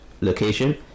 location